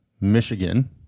Michigan